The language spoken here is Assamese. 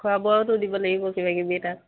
খোৱা বোৱাতো দিব লাগিব কিবা কিবি তাত